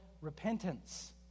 repentance